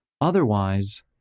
Otherwise